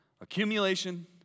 accumulation